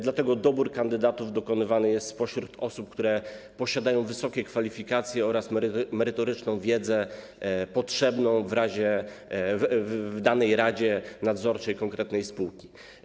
Dlatego dobór kandydatów dokonywany jest spośród osób, które posiadają wysokie kwalifikacje oraz merytoryczną wiedzę potrzebną w danej radzie nadzorczej konkretnej spółki.